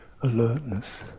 alertness